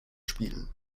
spielen